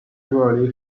usually